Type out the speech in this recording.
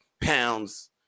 pounds